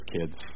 kids